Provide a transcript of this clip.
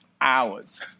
hours